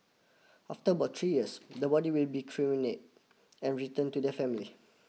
after about three years the body will be and returned to the family